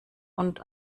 und